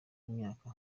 imyaka